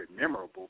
memorable